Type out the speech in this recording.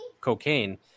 cocaine